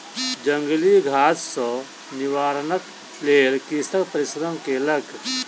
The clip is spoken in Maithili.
जंगली घास सॅ निवारणक लेल कृषक परिश्रम केलक